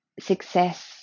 success